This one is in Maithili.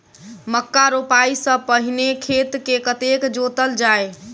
मक्का रोपाइ सँ पहिने खेत केँ कतेक जोतल जाए?